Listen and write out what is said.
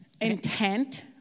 intent